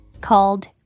called